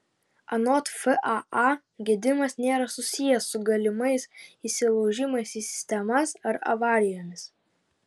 anot faa gedimas nėra susijęs su galimais įsilaužimais į sistemas ar avarijomis